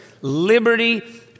liberty